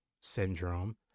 syndrome